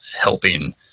helping